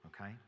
okay